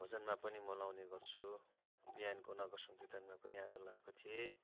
भजनमा पनि म लाउनु गर्छु बिहानको नगर सङ्कीर्तनमा पनि आज लाएको थिएँ